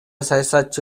саясатчы